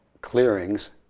clearings